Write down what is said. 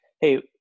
hey